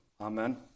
Amen